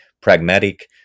pragmatic